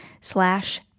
slash